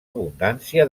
abundància